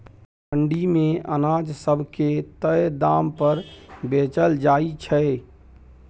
मंडी मे अनाज सब के तय दाम पर बेचल जाइ छै